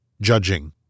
judging